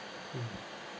mmhmm